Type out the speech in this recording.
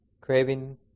craving